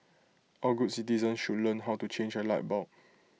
all good citizens should learn how to change A light bulb